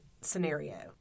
scenario